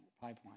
pipeline